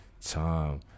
time